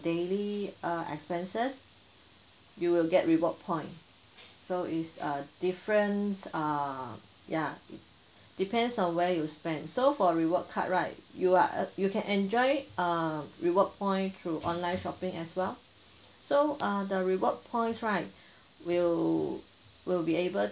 daily uh expenses you will get reward point so is uh different err ya depends on where you spend so for reward card right you are uh you can enjoy err reward point through online shopping as well so uh the reward points right will will be able